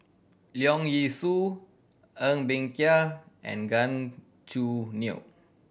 Leong Yee Soo Ng Bee Kia and Gan Choo Neo